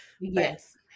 yes